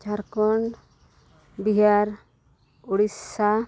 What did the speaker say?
Jharkhand Bihar Odisha